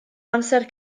amser